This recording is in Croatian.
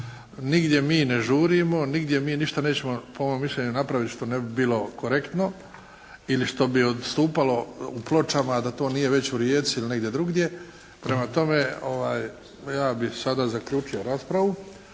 Nigdje mi ne žurimo, nigdje mi ništa nećemo po mom mišljenju napraviti što ne bi bilo korektno ili što bi odstupalo u Pločama a da to nije već u Rijeci ili negdje drugdje. Prema tome, ja bih sada zaključio raspravu.